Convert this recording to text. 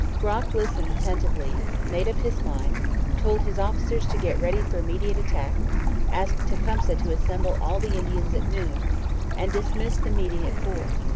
brock listened attentively made up his mind told his officers to get ready for immediate attack asked tecumseh to assemble all the indians at noon and dismissed the meeting at four.